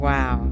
Wow